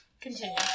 Continue